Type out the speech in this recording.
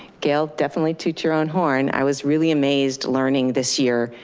gail, definitely toot your own horn. i was really amazed learning this year,